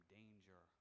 danger